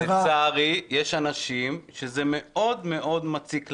-- לצערי, יש אנשים שזה מאוד מציק להם.